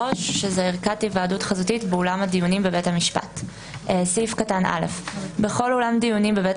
ערכת היוועדות חזותית באולם הדיונים בבית המשפט בכל אולם דיונים בבית